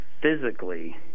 physically